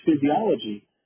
physiology